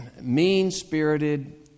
Mean-spirited